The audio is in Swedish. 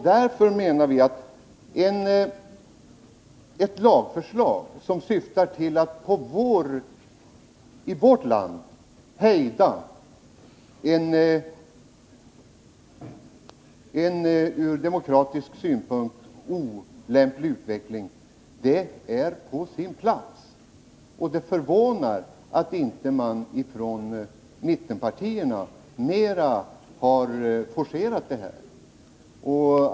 Därför menar vi att ett lagförslag som syftar till att i vårt land hejda en ur demokratisk synpunkt olämplig utveckling är på sin plats. Det förvånar att man från mittenpartiernas sida inte mera har forcerat detta ärende.